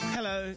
Hello